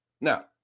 Now